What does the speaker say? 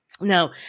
Now